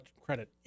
credit